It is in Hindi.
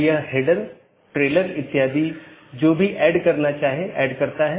यह मूल रूप से स्केलेबिलिटी में समस्या पैदा करता है